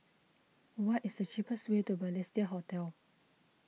what is the cheapest way to Balestier Hotel